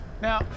Now